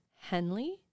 Henley